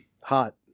Hot